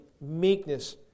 meekness